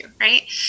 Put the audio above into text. Right